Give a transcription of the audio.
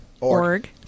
org